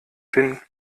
den